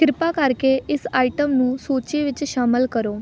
ਕਿਰਪਾ ਕਰਕੇ ਇਸ ਆਈਟਮ ਨੂੰ ਸੂਚੀ ਵਿੱਚ ਸ਼ਾਮਲ ਕਰੋ